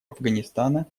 афганистана